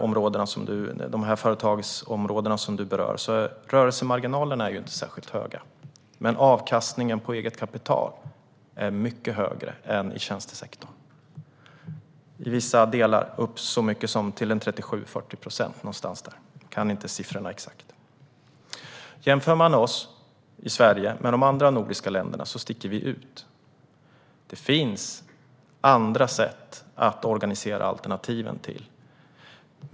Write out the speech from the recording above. På de företagsområden som du berör är rörelsemarginalerna inte särskilt höga, men avkastningen på eget kapital är mycket högre än i tjänstesektorn - i vissa delar så hög som 37-40 procent. Jag kan inte den exakta siffran. Om man jämför oss i Sverige med de andra nordiska länderna sticker vi ut. Det finns andra sätt att organisera alternativen.